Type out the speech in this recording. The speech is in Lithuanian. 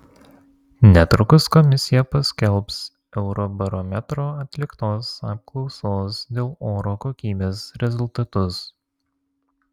netrukus komisija paskelbs eurobarometro atliktos apklausos dėl oro kokybės rezultatus